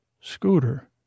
Scooter